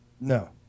No